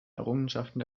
errungenschaften